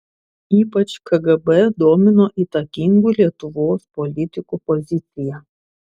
ypač kgb domino įtakingų lietuvos politikų pozicija